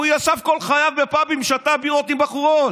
הוא ישב כל חייו בפאבים ושתה בירות עם בחורות,